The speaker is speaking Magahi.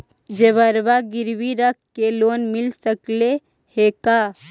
जेबर गिरबी रख के लोन मिल सकले हे का?